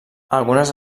algunes